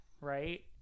Right